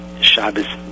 Shabbos